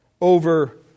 Over